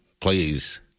please